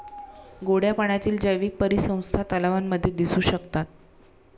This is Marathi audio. गोड्या पाण्यातील जैवीक परिसंस्था तलावांमध्ये दिसू शकतात